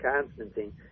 Constantine